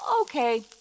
Okay